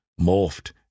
morphed